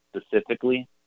specifically